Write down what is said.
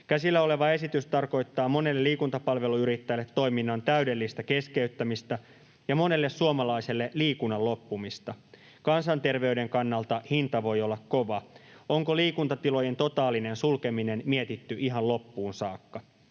Käsillä oleva esitys tarkoittaa monelle liikuntapalveluyrittäjälle toiminnan täydellistä keskeyttämistä ja monelle suomalaiselle liikunnan loppumista. Kansanterveyden kannalta hinta voi olla kova. Onko liikuntatilojen totaalinen sulkeminen mietitty ihan loppuun saakka?